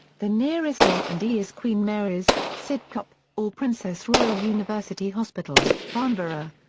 the nearest a and e is queen mary's, sidcup, or princess royal university hospital, farnborough.